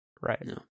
Right